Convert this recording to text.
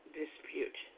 dispute